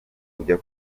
kujya